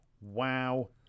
Wow